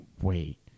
wait